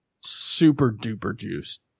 super-duper-juiced